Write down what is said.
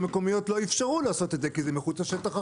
המקומיות לא אפשרו לעשות את זה כי זה מחוץ לשטח החנות.